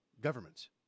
governments